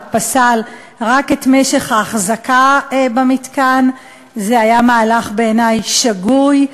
פסל רק את משך ההחזקה במתקן היא מהלך שגוי בעיני.